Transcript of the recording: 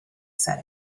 said